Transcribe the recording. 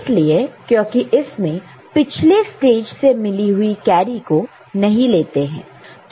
इसलिए क्योंकि इसमें पिछले स्टेज से मिली हुई कैरी को नहीं लेता है